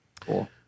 Cool